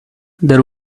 there